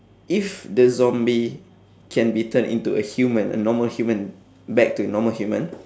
if the zombie can be turned into a human a normal human back to a normal human